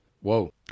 Whoa